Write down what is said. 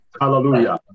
Hallelujah